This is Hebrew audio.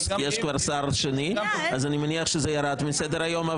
כי יש כבר שר שני ולכן אני מניח שזה ירד מסדר היום,